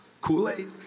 Kool-Aid